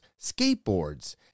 skateboards